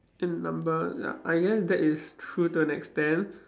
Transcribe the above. in number ya I guess that is true to an extent